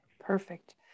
perfect